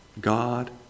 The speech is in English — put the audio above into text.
God